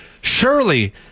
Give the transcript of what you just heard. surely